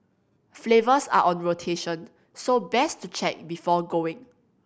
flavours are on rotation so best to check before going